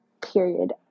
Period